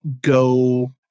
go